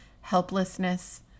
helplessness